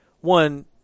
one